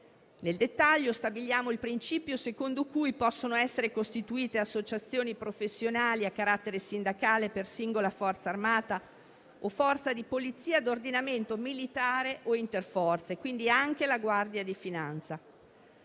Nel dettaglio, stabiliamo il principio secondo il quale possono essere costituite associazioni professionali a carattere sindacale per singola Forza armata o Forza di polizia a ordinamento militare o interforze, compresa quindi la Guardia di finanza.